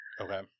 okay